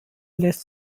lässt